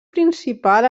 principal